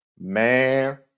man